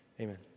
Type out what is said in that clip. Amen